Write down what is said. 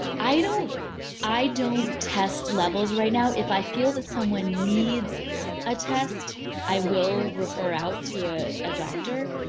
i don't i don't test levels right now. if i feel that someone needs a test i will refer out to a a doctor.